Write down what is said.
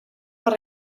per